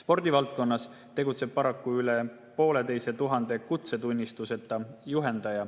Spordivaldkonnas tegutseb paraku üle pooleteise tuhande kutsetunnistuseta juhendaja,